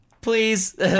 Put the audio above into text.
Please